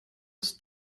das